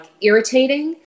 irritating